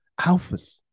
alphas